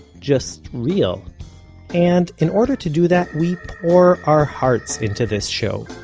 just real and in order to do that we pour our hearts into this show.